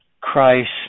Christ